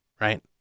right